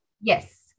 Yes